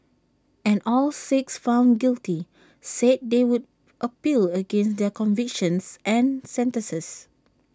and all six found guilty said they would appeal against their convictions and sentences